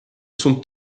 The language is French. sont